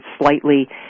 slightly